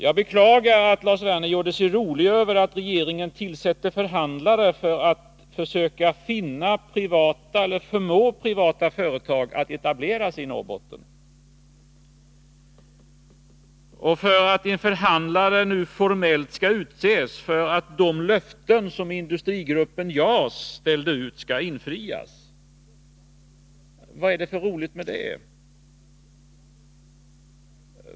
Jag beklagar att Lars Werner gjorde sig rolig över att regeringen tillsätter förhandlare för att försöka förmå privata företagare att etablera sig i Norrbotten och över att förhandlare nu formellt skall utses för att de löften som industrigruppen JAS ställde ut skall infrias. Vad är det för roligt med det?